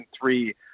three